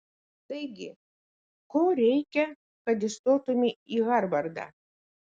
taigi ko reikia kad įstotumei į harvardą